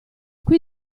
qui